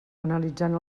analitzant